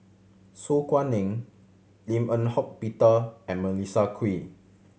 Su Guaning Lim Eng Hock Peter and Melissa Kwee